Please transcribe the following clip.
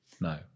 No